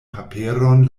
paperon